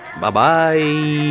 Bye-bye